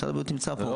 משרד הבריאות נמצא פה,